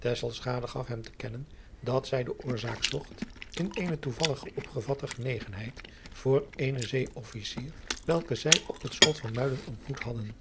gaf hem te kennen dat zij de oorzaak zocht in eene toevallig opgevatte genegenheid voor eenen ee fficier welken zij op het lot van uiden ontmoet hadden